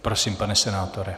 Prosím, pane senátore.